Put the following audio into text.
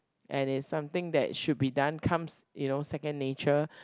and it's something that should be done comes you know second nature